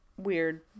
weird